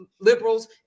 liberals